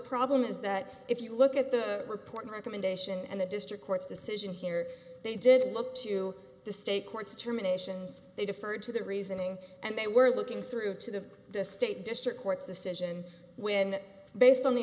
problem is that if you look at the report recommendation and the district court's decision here they did look to the state courts terminations they deferred to the reasoning and they were looking through to the state district court's decision when it based on the